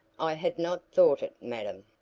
i had not thought it, madame.